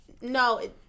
No